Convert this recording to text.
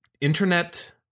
internet